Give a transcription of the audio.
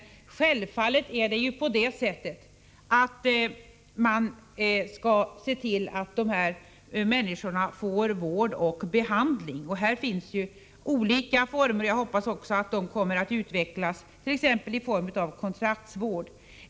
Men självfallet är det på det sättet att man skall se till att dessa människor får vård och behandling. Här finns olika former, och jag hoppas att de kommer att utvecklas — t.ex. kontraktsvård.